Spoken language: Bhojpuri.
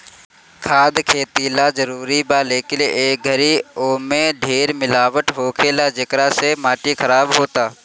खाद खेती ला जरूरी बा, लेकिन ए घरी ओमे ढेर मिलावट होखेला, जेकरा से माटी खराब होता